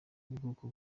ubwoko